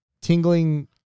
tingling